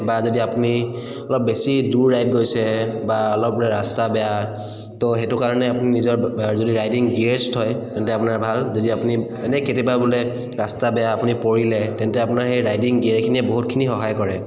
বা যদি আপুনি অলপ বেছি দূৰ ৰাইড গৈছে বা অলপ ৰাস্তা বেয়া তো সেইটো কাৰণে আপুনি নিজৰ যদি ৰাইডিং গিয়োৰছ থয় তেন্তে আপোনাৰ ভাল যদি আপুনি এনে কেতিয়াবা বোলে ৰাস্তা বেয়া আপুনি পৰিলে তেন্তে আপোনাৰ সেই ৰাইডিং গিয়েৰখিনিয়ে বহুতখিনি সহায় কৰে